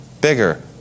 bigger